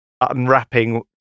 unwrapping